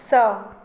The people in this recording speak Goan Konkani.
स